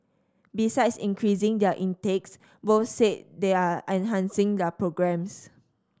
besides increasing their intakes both said they are enhancing their programmes